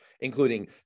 including